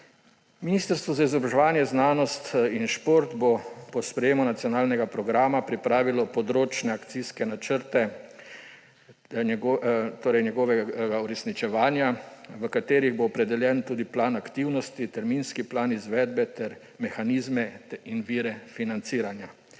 Ministrstvo za izobraževanje, znanost in šport bo po sprejemu Nacionalnega programa pripravilo področne akcijske načrte, torej njegovega uresničevanja, v katerih bodo opredeljeni tudi plan aktivnosti, terminski plan izvedbe ter mehanizmi in viri financiranja.